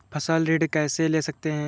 फसल ऋण कैसे ले सकते हैं?